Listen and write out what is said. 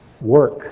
work